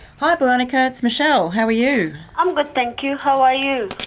hi boronika, it's michele. how are you? i'm good, thank you. how are you?